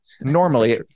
normally